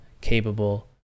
capable